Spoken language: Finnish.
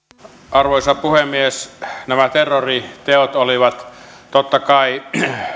arvoisa puhemies nämä terroriteot olivat totta kai